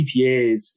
CPAs